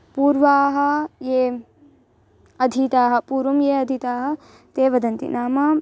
पूर्वं ये अधीताः पूर्वं ये अधीताः ते वदन्ति नाम